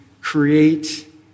create